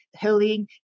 healing